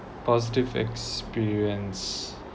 positive experience